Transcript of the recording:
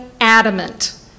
adamant